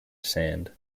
sand